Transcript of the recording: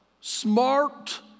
smart